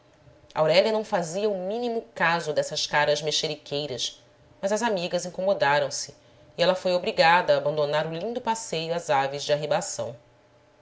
aurélia não fazia o mínimo caso dessas caras mexeriqueiras mas as amigas incomodaram se e ela foi obrigada a abandonar o lindo passeio às aves de arribação